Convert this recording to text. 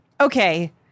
okay